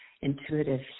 intuitive